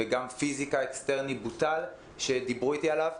וגם פיזיקה אקסטרנית שדיברו איתי עליה בוטלה.